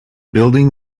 building